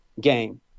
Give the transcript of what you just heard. game